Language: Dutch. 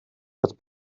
het